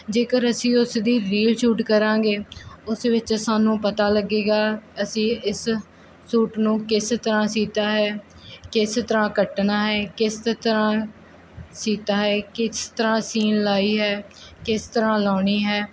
ਜੇਕਰ ਅਸੀਂ ਉਸਦੀ ਰੀਲ ਸ਼ੂਟ ਕਰਾਂਗੇ ਉਸ ਵਿੱਚ ਸਾਨੂੰ ਪਤਾ ਲੱਗੇਗਾ ਅਸੀਂ ਇਸ ਸ਼ੂਟ ਨੂੰ ਕਿਸ ਤਰ੍ਹਾਂ ਸੀਤਾ ਹੈ ਕਿਸ ਤਰ੍ਹਾਂ ਕੱਟਣਾ ਹੈ ਕਿਸ ਤਰ੍ਹਾਂ ਸੀਤਾ ਹੈ ਕਿਸ ਤਰ੍ਹਾਂ ਸੀਣ ਲਾਈ ਹੈ ਕਿਸ ਤਰ੍ਹਾਂ ਲਾਉਣੀ ਹੈ